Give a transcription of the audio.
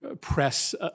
press